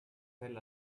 fell